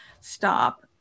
stop